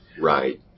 Right